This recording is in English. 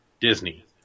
Disney